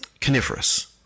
coniferous